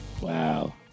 Wow